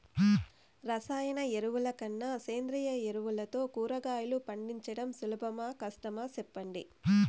రసాయన ఎరువుల కన్నా సేంద్రియ ఎరువులతో కూరగాయలు పండించడం సులభమా కష్టమా సెప్పండి